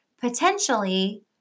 potentially –